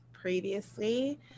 previously